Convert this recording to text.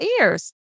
ears